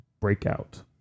Breakout